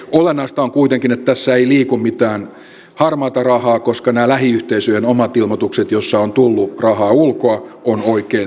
olennaista on kuitenkin että tässä ei liiku mitään harmaata rahaa koska nämä lähiyhteisöjen omat ilmoitukset joissa on tullut rahaa ulkoa on oikein tehty